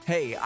Hey